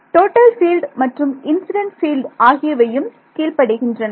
total field மற்றும் incident field ஆகியவையும் கீழ்ப்படிகின்றன